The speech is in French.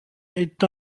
est